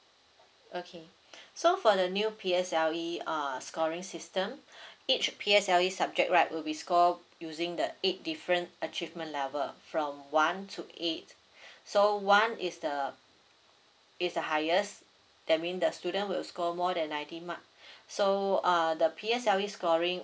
okay so for the new P_S_L_E uh scoring system each P_S_L_E subject right will be score using the eight different achievement level from one to eight so one is the is the highest that mean the student will score more than ninety mark so uh the P_S_L_E scoring